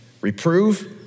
Reprove